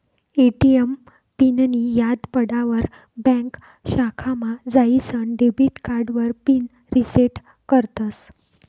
ATM पिननीं याद पडावर ब्यांक शाखामा जाईसन डेबिट कार्डावर पिन रिसेट करतस